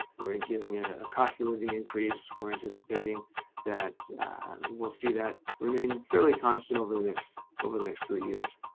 we're and giving ah a cost of living increase, we're anticipating that we'll see that remain fairly constant over the next over the next three years.